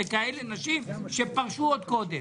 בנשים שפרשו עוד קודם.